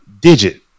digit